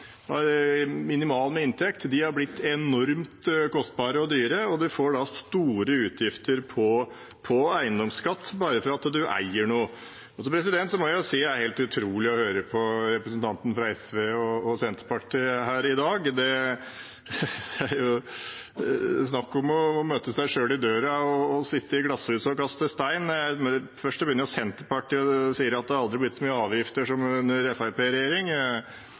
dyre, og man får store utgifter til eiendomsskatt bare fordi man eier noe. Jeg må si det er helt utrolig å høre på representantene fra SV og Senterpartiet her i dag. Snakk om møte seg sjøl i døra og sitte i glasshus og kaste stein! Først sier Senterpartiet at det aldri har vært så mye avgifter som under